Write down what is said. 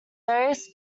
various